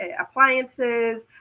appliances